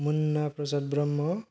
Munna Prasad Brahma